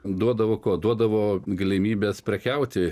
duodavo ko duodavo galimybes prekiauti